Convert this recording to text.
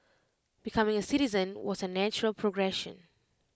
becoming A citizen was A natural progression